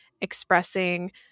expressing